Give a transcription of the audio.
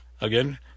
again